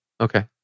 Okay